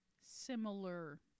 similar